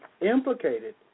implicated